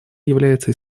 является